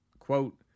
Quote